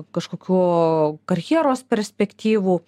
kažkokių karjeros perspektyvų